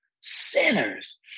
Sinners